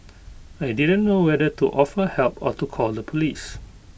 I didn't know whether to offer help or to call the Police